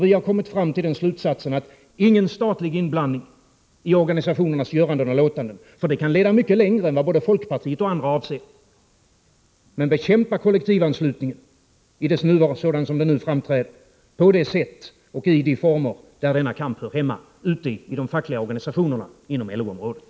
Vi har kommit till slutsatsen att det inte skall vara någon statlig inblandning i organisationernas göranden och låtanden, för det kan leda mycket längre än vad både folkpartiet och andra avser. Men man skall bekämpa kollektivanslutningen, sådan den nu förekommer, på lämpligt sätt där denna kamp hör hemma, ute i de fackliga organisationerna inom LO-området.